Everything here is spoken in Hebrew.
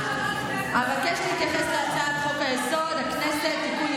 אבקש להתייחס להצעת חוק-יסוד: הכנסת (תיקון,